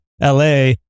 LA